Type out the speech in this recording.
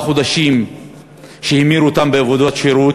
חודשים שהוא המיר אותם בעבודות שירות,